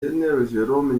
jérôme